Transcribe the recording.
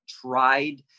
tried